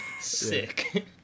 Sick